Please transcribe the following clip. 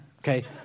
Okay